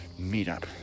meetup